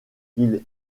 qu’il